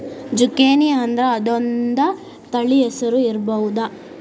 ಜುಕೇನಿಅಂದ್ರ ಅದೊಂದ ತಳಿ ಹೆಸರು ಇರ್ಬಹುದ